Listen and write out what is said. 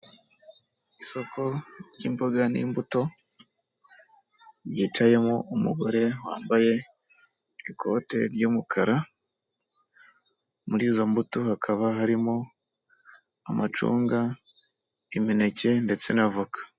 Isoko ry'imboga n'imbuto, ryicayemo umugore wambaye ikote ry'umukara, muri izo mbuto hakaba harimo amacunga, imineke ndetse na voka.